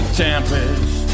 tempest